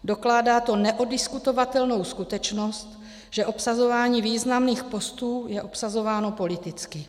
Dokládá to neoddiskutovatelnou skutečnost, že obsazování významných postů je obsazováno politicky.